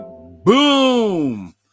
boom